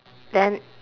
then